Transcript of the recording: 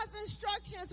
instructions